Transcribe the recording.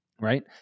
right